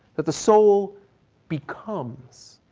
that the soul becomes.